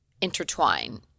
intertwine